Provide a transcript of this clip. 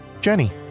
Jenny